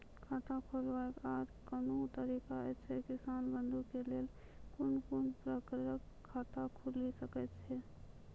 खाता खोलवाक आर कूनू तरीका ऐछि, किसान बंधु के लेल कून कून प्रकारक खाता खूलि सकैत ऐछि?